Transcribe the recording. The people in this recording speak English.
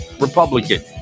Republican